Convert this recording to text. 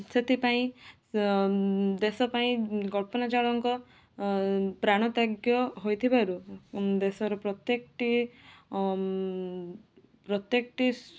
ସେଥିପାଇଁ ଦେଶପାଇଁ କଳ୍ପନା ଚାୱଳାଙ୍କ ପ୍ରାଣ ତ୍ୟାଗ ହୋଇଥିବାରୁ ଦେଶର ପ୍ରତ୍ୟେକଟି ପ୍ରତ୍ୟେକଟି